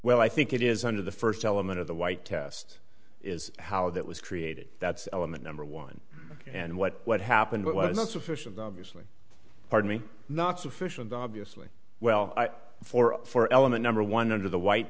well i think it is under the first element of the white test is how that was created that's element number one and what what happened was not sufficient obviously pardon me not sufficient obviously well for four element number one under the white